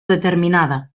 determinada